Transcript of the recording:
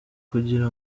kugira